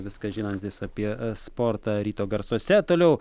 viską žinantis apie sportą ryto garsuose toliau